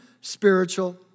spiritual